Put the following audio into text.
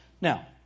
Now